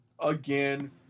again